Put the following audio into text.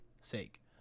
sake